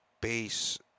base